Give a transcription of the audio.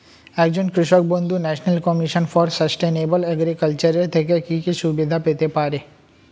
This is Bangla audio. একজন কৃষক বন্ধু national commission for sustainable agriculture এর থেকে কি কি সুবিধা পেতে পারে?